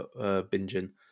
binging